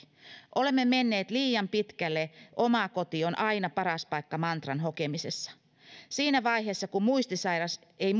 olemme menneet liian pitkälle oma koti on aina paras paikka mantran hokemisessa siinä vaiheessa kun muistisairas ei